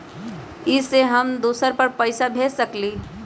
इ सेऐ हम दुसर पर पैसा भेज सकील?